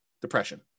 depression